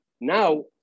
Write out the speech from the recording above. now